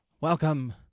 welcome